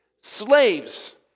Slaves